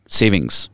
savings